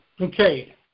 Okay